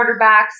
quarterbacks